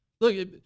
look